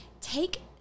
Take